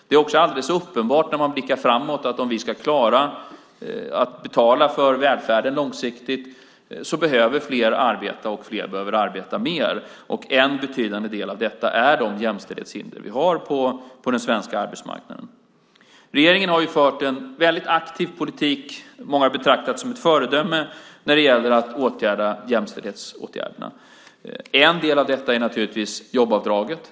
Det är också alldeles uppenbart när man blickar framåt att om vi ska klara att betala för välfärden långsiktigt behöver fler arbeta och fler arbeta mer. En betydande del av detta är de jämställdhetshinder vi har på den svenska arbetsmarknaden. Regeringen har fört en väldigt aktiv politik som många har betraktat som ett föredöme med jämställdhetsåtgärderna. En del av detta är jobbavdraget.